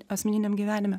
asmeniniam gyvenime